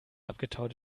abgetaut